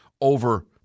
over